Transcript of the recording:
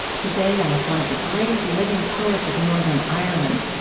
today, i'm with one of the greatest living poets of northern ireland,